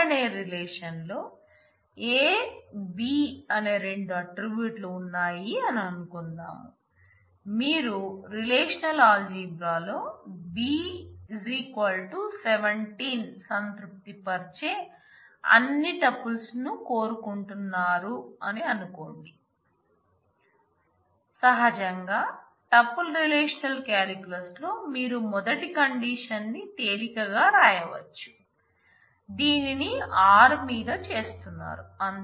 R అనే రిలేషన్లో A B అనే రెండు ఆట్రిబ్యూట్లు ఉన్నాయి అనుకుందాం మీరు రిలేషనల్ ఆల్జీబ్రా కోరుకుంటున్నారు అని అనుకోండి సహజంగా టుపుల్ రిలేషనల్ కాలిక్యులస్ లో మీరు మొదటి కండిషన్ ని తేలికగా రాయవచ్చు మీరు దీనిని r మీద చేస్తున్నారు